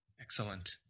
Excellent